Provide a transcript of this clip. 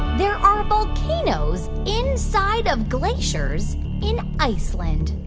there are volcanoes inside of glaciers in iceland?